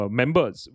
members